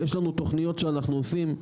ויש לנו תוכניות שאנחנו עושים,